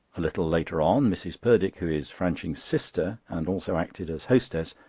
a little later on, mrs. purdick, who is franching's sister and also acted as hostess,